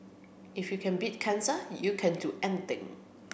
if you can beat cancer you can do anything